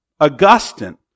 Augustine